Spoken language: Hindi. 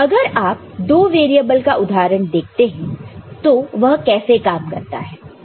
अगर आप दो वेरिएबल का उदाहरण देखते हैं तो वह कैसे काम करता है